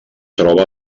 troba